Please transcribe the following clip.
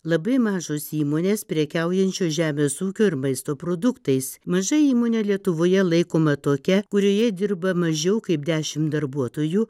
labai mažos įmonės prekiaujančios žemės ūkio ir maisto produktais maža įmonė lietuvoje laikoma tokia kurioje dirba mažiau kaip dešimt darbuotojų